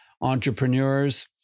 entrepreneurs